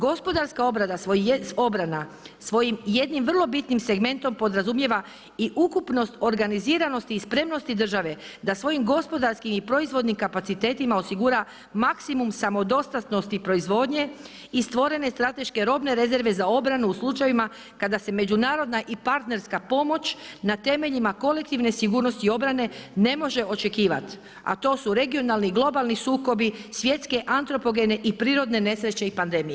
Gospodarska obrana svojim jednim vrlo bitnim segmentom podrazumijeva i ukupnost organiziranost i spremnost države da svojim gospodarskim i proizvodnim kapacitetima osigura maksimum samodostatnosti proizvodnje i stvorene strateške robne rezerve za obranu u slučajevima kada se međunarodna i partnerska pomoć na temeljima kolektivne sigurnosti i obrane ne može očekivati a to su regionalni i globalni sukobi, svjetske antropogene i prirodne nesreće i pandemije.